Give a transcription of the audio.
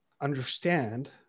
understand